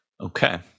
Okay